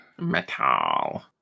metal